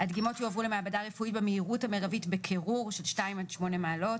הדגימות יועברו למעבדה רפואית במהירות המרבית בקירור של 2 עד 8 מעלות,